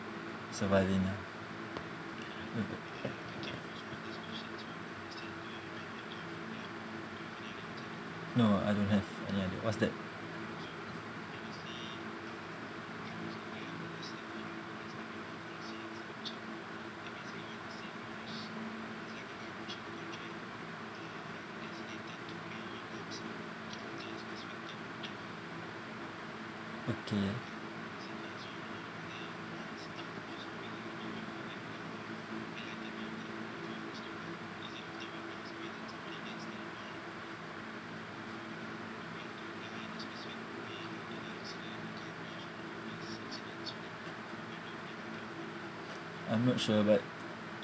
surviving ah no I don't have any idea what's that okay I'm not sure but